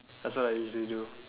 that's what I usually do